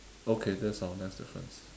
okay that's our next difference